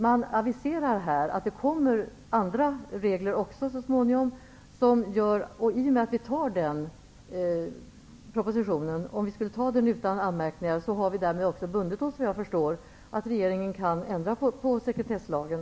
Man aviserar här att det så småningom skall komma andra regler. Om propositionen antas utan anmärkningar, har vi bundit oss, såvitt jag förstår, vid att regeringen kan föreslå ändringar i sekretesslagen.